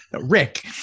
Rick